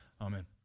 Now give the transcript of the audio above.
Amen